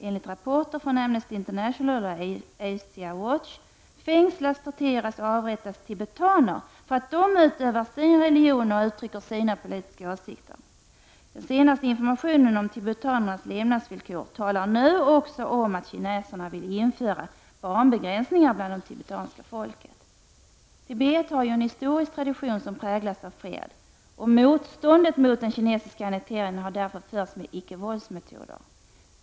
Enligt rapporter från Amnesty International och Asia Watch fängslas, torteras och avrättas tibetaner för att de utövar sin religion och uttrycker sina politiska åsikter. De senaste informationerna om tibetanernas levnadsvillkor talar om att kineserna vill införa barnbegränsning bland det tibetanska folket. Tibet har en historisk tradition som präglas av fred. Motståndet mot den kinesiska annekteringen har därför genomförts med icke-våldsmetoder.